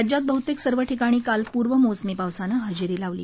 राज्यात बहुतेक सर्व ठिकाणी काल पूर्वमोसमी पावसानं हजेरी लावली